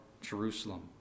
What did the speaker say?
Jerusalem